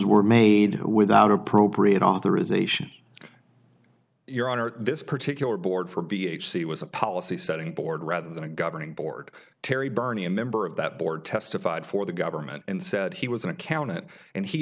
were made without appropriate authorization your honor this particular board for b h c was a policy setting board rather than a governing board terry bernie a member of that board testified for the government and said he was an accountant and he